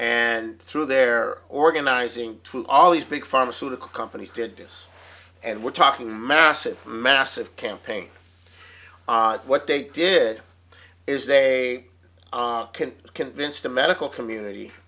and through their organizing all these big pharmaceutical companies did this and we're talking massive massive campaign what they did is they can convince the medical community